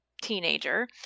teenager